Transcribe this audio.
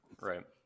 Right